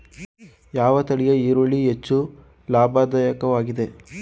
ಯಾವ ತಳಿಯ ಈರುಳ್ಳಿ ಹೆಚ್ಚು ಲಾಭದಾಯಕವಾಗಿದೆ?